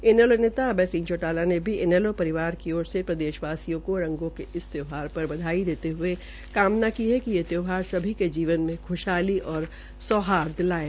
इनैलो नेता अभय सिंह चौटाला ने भी इनेलो परिवार की ओर से प्रदेशवासियों को रंगों के इस त्यौहार पर बधाई देते हये कामना की है कि ये त्यौहार सभी जीवन में खुशहाली और सौहार्द लायें